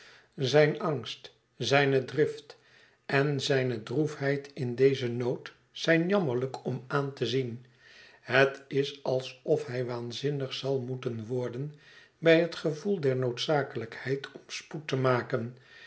zijn angst zijne drift en zijne droefheid in dezen nood zijn jammerlijk om aan te zien het is alsof hij waanzinnig zal moeten worden bij het gevoel der noodzakelijkheid om spoed te maken